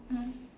mmhmm